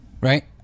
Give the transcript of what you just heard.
right